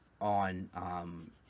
on